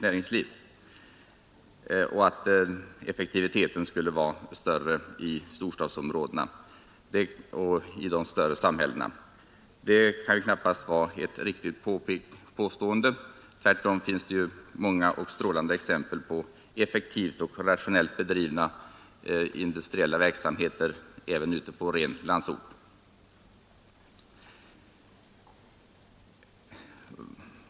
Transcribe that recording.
Man tycks vidare resonera så att effektiviteten skulle vara större i storstadsområdena och i de större samhällena. Det kan knappast vara ett riktigt påstående. Tvärtom finns det många och strålande exempel på effektiva och rationellt bedrivna industriella verksamheter även ute på rena landsbygden.